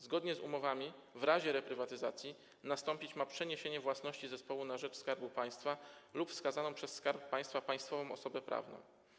Zgodnie z umowami w razie reprywatyzacji nastąpić ma przeniesienie własności zespołu na rzecz Skarbu Państwa lub wskazaną przez Skarb Państwa państwową osobę prawną.